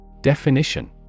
Definition